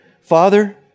Father